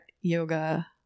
yoga